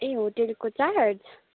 ए होटेलको चार्ज